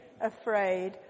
afraid